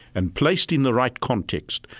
and placed in the right context,